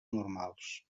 normals